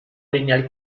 lineal